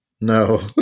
No